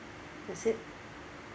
that's it